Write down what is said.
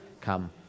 come